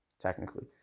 technically